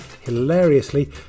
hilariously